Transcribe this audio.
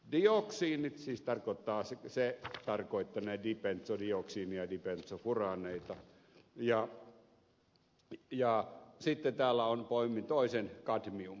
dioksiinit se tarkoittanee dibentsodioksiinia ja dibentsofuraaneita ja sitten täällä on poimin toisen kadmium